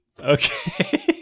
Okay